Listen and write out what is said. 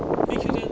以 Q_O_O ten